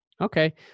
Okay